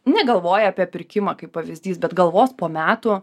negalvoja apie pirkimą kaip pavyzdys bet galvos po metų